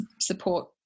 support